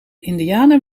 indianen